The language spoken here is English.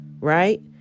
right